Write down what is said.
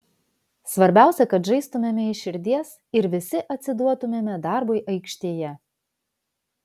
svarbiausia kad žaistumėme iš širdies ir visi atsiduotumėme darbui aikštėje